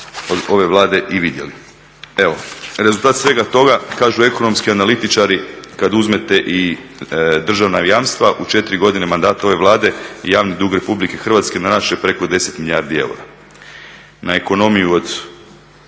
ove Vlade i vidjeli. Rezultat svega toga, kažu ekonomski analitičari kad uzmete i državna jamstva u 4 godine mandata ove Vlade javni dug Republike Hrvatske narast će preko 10 milijardi eura.